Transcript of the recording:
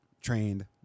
trained